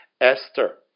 Esther